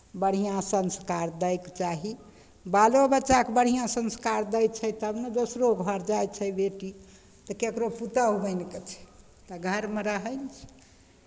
बढ़िआँ संस्कार दयके चाही बालो बच्चाकेँ बढ़िआँ संस्कार दै छै तब ने दोसरो घर जाइ छै बेटी तऽ ककरो पुतहु बनि कऽ छै तऽ घरमे रहै ने छै